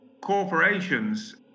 corporations